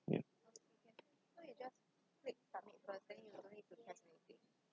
ya